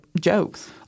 jokes